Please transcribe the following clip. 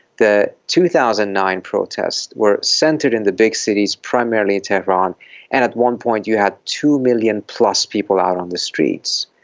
the two thousand and nine protests were centred in the big cities, primarily teheran, and at one point you had two million plus people out on the streets.